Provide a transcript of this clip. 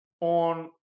on